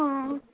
অঁ